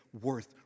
worth